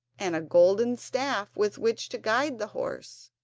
and a golden staff with which to guide the horse.